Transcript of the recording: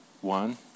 One